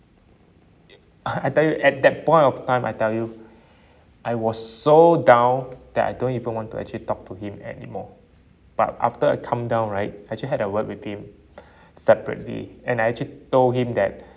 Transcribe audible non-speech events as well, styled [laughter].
uh I tell you at that point of time I tell you I was so down that I don't even want to actually talk to him anymore but after I calm down right I actually had a word with him [breath] separately and I actually told him that [breath]